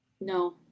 no